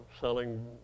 selling